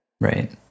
Right